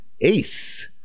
Ace